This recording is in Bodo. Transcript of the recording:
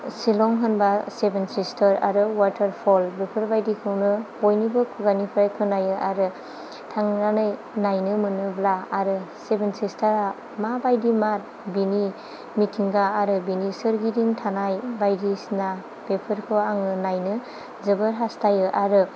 सिलं होनबा सेभेन सिस्टार आरो वाटार फल बेफोर बायदिखौनो बयनिबो खुगानिफ्राय खोनायो आरो थांनानै नायनो मोनोब्ला आरो सेभेन सिस्टारा मा बायदिमार बेनि मिथिंगा आरो बेनि सोरगिदिं थानाय बायदिसिना बेफोरखौ आङो नायनो जोबोर हास्थायो आरो